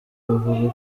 bavuga